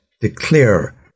declare